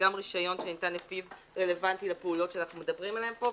וגם רישיון שניתן לפיו רלוונטי לפעולות שאנחנו מדברים עליהן פה,